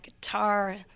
guitar